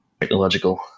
technological